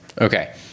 Okay